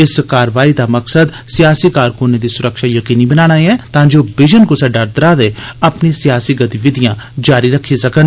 इस कार्रवाई दा मकसद सियासी कारकुनें दी सुरक्षा यकीनी बनाना ऐ तांजे ओह् बिजन कुसा डर त्राह् दे अपनी सियासी गतिविधियां जारी रक्खी सकन